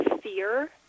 fear